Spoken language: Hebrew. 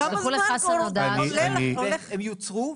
הן יוצרו,